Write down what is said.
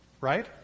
Right